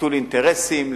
נטול אינטרסים,